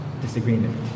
disagreement